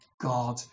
God